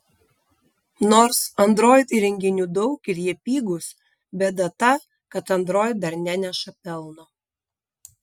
nors android įrenginių daug ir jie pigūs bėda ta kad android dar neneša pelno